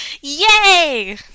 Yay